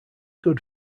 good